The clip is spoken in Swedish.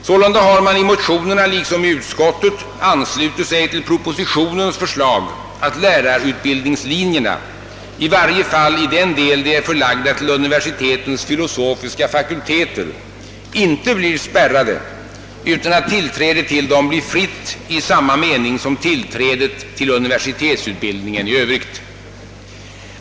Sålunda har man i motionerna liksom i utskottet anslutit sig till propositionens förslag att lärarutbildningslinjerna — i varje fall i den del de är förlagda till universitetens filosofiska fakulteter — inte blir spärrade utan att tillträdet till dem blir fritt i samma mening som tillträdet till universitetsutbildningen i övrigt.